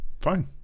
Fine